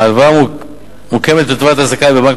ההלוואה מוקמת לטובת הזכאי בבנק